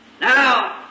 Now